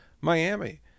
Miami